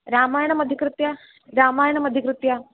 रामायणमधिकृत्य रामायणमधिकृत्य